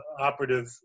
operative